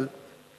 אבל